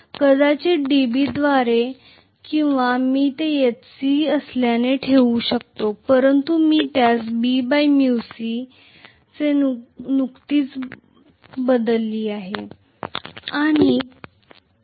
कदाचित dB द्वारे आणि किंवा मी ते Hc असल्याने ठेवू शकतो परंतु मी त्यास Bµc ने नुकतीच बदलली आहे